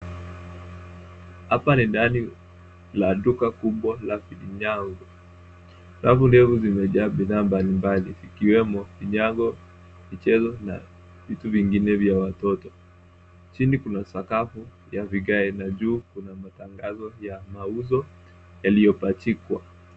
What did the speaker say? Hapa ni ndani la duka kubwa ya vinyago. Rafu ndefu zimejaa bidhaa mbalimbali vikiwemo vinyago, michezo na vitu vingine vya watoto. Chini kuna sakafu ya vigae na juu kuna matangazo ya mauzo yaliyopachikwa.